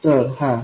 2 volt आहे